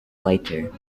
lighter